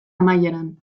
amaieran